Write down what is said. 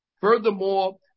Furthermore